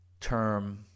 term